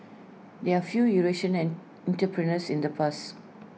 there're few Eurasian entrepreneurs in the past